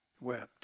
wept